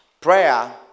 prayer